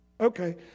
Okay